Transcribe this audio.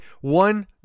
one